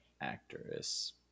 actress